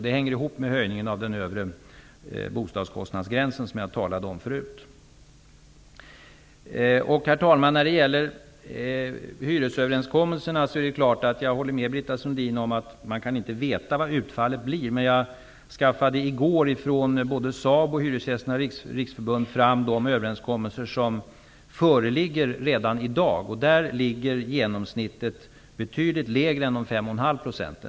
Det hänger ihop med höjningen av den övre bostadskostnadsgränsen som jag talade om tidigare. Herr talman! När det gäller hyresöverenskommelserna håller jag med Britta Sundin om att man inte kan veta hur utfallet blir. I går skaffade jag från SABO och Hyresgästernas riksförbund fram de överenskommelser som föreligger redan i dag. Där är genomsnittet betydligt lägre än 5,5 %.